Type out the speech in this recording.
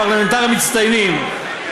פרלמנטריים מצטיינים,